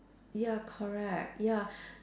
ya correct ya